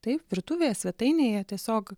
taip virtuvėje svetainėje tiesiog